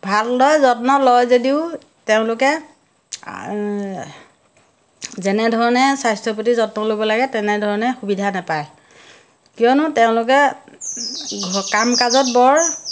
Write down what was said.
ভালদৰে যত্ন লয় যদিও তেওঁলোকে যেনেধৰণে স্বাস্থ্য পতি যত্ন ল'ব লাগে তেনেধৰণে সুবিধা নাপায় কিয়নো তেওঁলোকে কাম কাজত বৰ